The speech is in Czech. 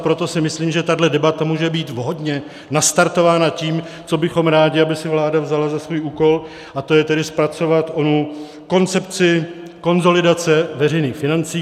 Proto si myslím, že tahle debata může být vhodně nastartována tím, co bychom rádi, aby si vláda vzala za svůj úkol, a to je tedy zpracovat onu koncepci konsolidace veřejných financí.